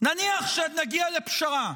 נניח שנגיע לפשרה,